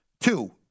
two